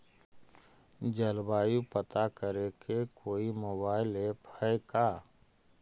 जलवायु पता करे के कोइ मोबाईल ऐप है का?